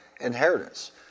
inheritance